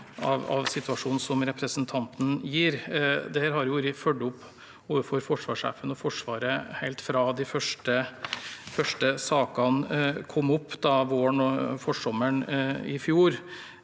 av situasjonen som representanten gir. Dette har vært fulgt opp overfor forsvarssjefen og Forsvaret helt fra de første sakene kom opp våren og forsommeren i fjor.